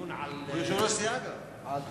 בדיון על, הוא יושב-ראש סיעה גם-כן.